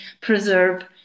preserve